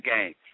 game